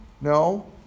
No